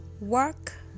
work